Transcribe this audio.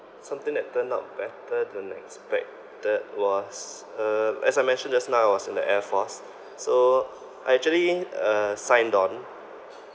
something that turned out better than expected was uh as I mentioned just now I was in the air force so I actually uh signed on